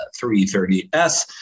330S